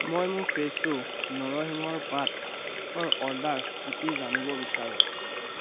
মই মোৰ ফ্ৰেছো নৰসিংহৰ পাতৰ অৰ্ডাৰ স্থিতি জানিব বিচাৰোঁ